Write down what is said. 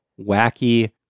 wacky